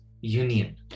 union